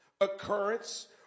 occurrence